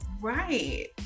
right